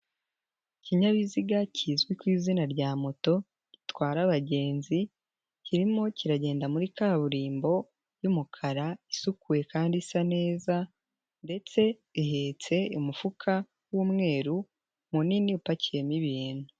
Ikinyabiziga kizwi ku izina rya moto gitwara abagenzi, kirimo kiragenda muri kaburimbo y'umukara isukuye kandi isa neza ndetse ihetse umufuka w'umweru munini upakiyemo ibintu.